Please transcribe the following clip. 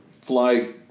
fly